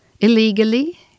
illegally